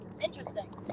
Interesting